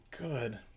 good